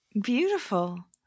Beautiful